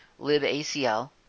libacl